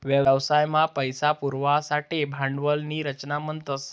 व्यवसाय मा पैसा पुरवासाठे भांडवल नी रचना म्हणतस